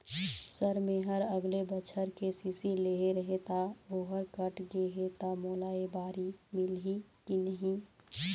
Sir मेहर अगले बछर के.सी.सी लेहे रहें ता ओहर कट गे हे ता मोला एबारी मिलही की नहीं?